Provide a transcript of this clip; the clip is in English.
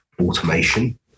automation